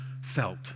felt